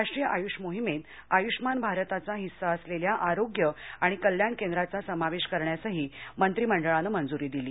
राष्ट्रीय आयुष मोहिमेत आयुष्मान भारतचा हिस्सा असलेल्या आरोग्य आणि कल्याण केंद्राचा समावेश करण्यासही मंत्रीमंडळाने मंजरी दिली